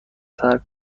ترک